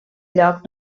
lloc